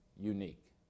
unique